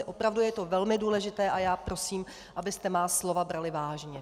Opravdu je to velmi důležité a já prosím, abyste má slova brali vážně.